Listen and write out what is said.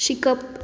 शिकप